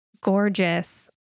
gorgeous